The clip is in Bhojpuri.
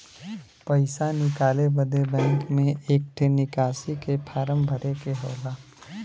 पइसा निकाले बदे बैंक मे एक ठे निकासी के फारम भरे के होला